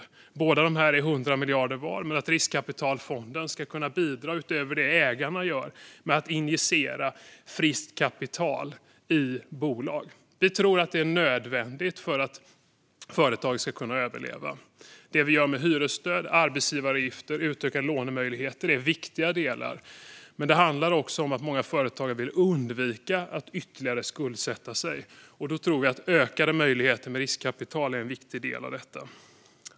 De båda delarna har 100 miljarder var, men riskkapitalfonden ska utöver det som ägarna gör kunna bidra med att injicera friskt kapital i bolag. Vi tror att detta är nödvändigt för att företag ska kunna överleva. Det vi gör med hyresstöd, arbetsgivaravgifter och utökade lånemöjligheter är viktiga delar, men det handlar också om att många företagare vill undvika att skuldsätta sig ytterligare. Vi tror att ökade möjligheter när det gäller riskkapital är en viktig del i detta.